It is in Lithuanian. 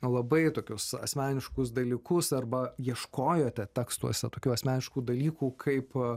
labai tokius asmeniškus dalykus arba ieškojote tekstuose tokių asmeniškų dalykų kaip